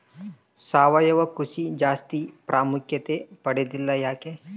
ಸಾವಯವ ಕೃಷಿ ಜಾಸ್ತಿ ಪ್ರಾಮುಖ್ಯತೆ ಪಡೆದಿಲ್ಲ ಯಾಕೆ?